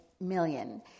million